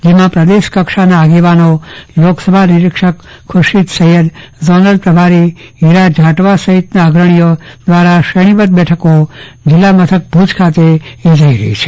જેમાં પ્રદેશ કક્ષાના આગેવાનો લોકસભા નિરીક્ષક ખુરશીદ સૈયદ ઝોનલ પ્રભારી હીરા જાટવા સહિત અગ્રણીઓ દ્વારા શ્રેણબધ્ધ બેઠકો જિલ્લા મથક ખાતે યોજાઈ રહી છે